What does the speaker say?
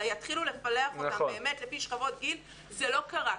אלא יתחילו לפלח אותם באמת לפי שכבות גיל זה לא קרה.